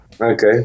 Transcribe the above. Okay